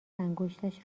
انگشتش